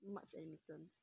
mutts and mittens